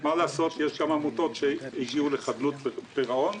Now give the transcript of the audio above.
נסגרו בגלל עמותות שהגיעו לחדלות פירעון.